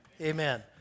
Amen